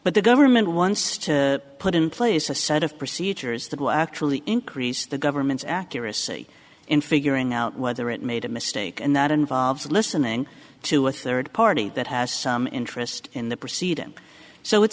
but the government wants to put in place a set of procedures that will actually increase the government's accuracy in figuring out whether it made a mistake and that involves listening to a third party that has some interest in the proceeding so it